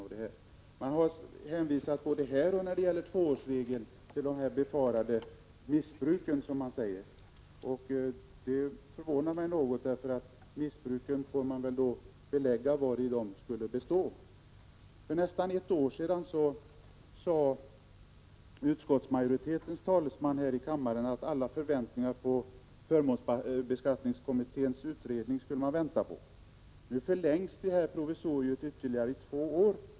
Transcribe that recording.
Både beträffande den här saken och i fråga om tvåårsregeln har man hänvisat till, som man säger, ”de befarade missbruken”. Detta förvånar mig något. Man får väl tala om vari missbruken skulle bestå. För nästan ett år sedan sade utskottsmajoritetens talesman här i kammaren att man borde vänta tills förmånsskattekommitténs utredning blir klar. Nu förlängs provisoriet ytterligare två år.